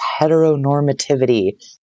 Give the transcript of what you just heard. heteronormativity